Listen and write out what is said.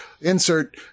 insert